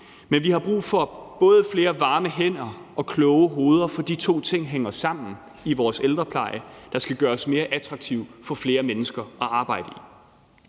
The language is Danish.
Men vi har brug for både flere varme hænder og kloge hoveder, for de to ting hænger sammen i vores ældrepleje, der skal gøres mere attraktiv for flere mennesker at arbejde i.